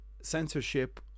censorship